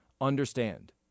Understand